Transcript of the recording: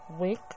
week